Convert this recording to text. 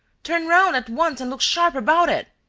turn round at once and look sharp about it!